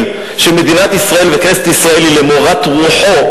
שמדינת ישראל וכנסת ישראל הן למורת רוחו,